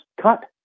cut